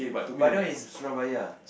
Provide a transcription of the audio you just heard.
but that one is Surabaya